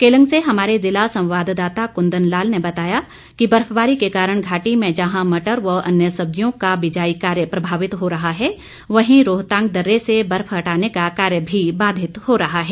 केलंग से हमारे जिला संवाददाता कुंदन लाल ने बताया कि बर्फबारी के कारण घाटी में जहां मटर व अन्य सब्जियों का बिजाई कार्य भी प्रभावित हो रहा है वहीं रोहतांग दर्रे से बर्फ हटाने का कार्य भी बाधित हो रहा है